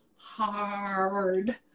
Hard